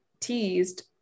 teased